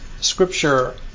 scripture